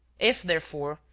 if, therefore,